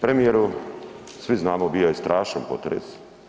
Premijeru svi znamo bio je strašan potres.